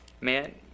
Man